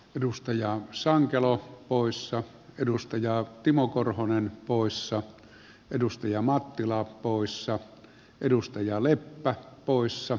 edustaja sankelo poissa edustaja timo korhonen poissa edustaja mattila puissa tässä jo eteenpäin